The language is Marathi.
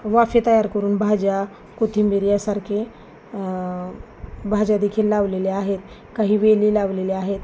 वाफे तयार करून भाज्या कोथिंबीर यासारखे भाज्यादेखील लावलेल्या आहेत काही वेली लावलेले आहेत